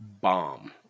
Bomb